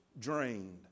drained